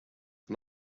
and